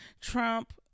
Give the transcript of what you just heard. Trump